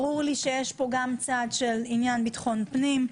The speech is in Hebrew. ברור לי שיש פה גם צד של עניין ביטחון פנים.